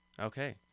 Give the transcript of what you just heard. Okay